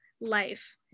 life